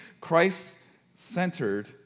Christ-centered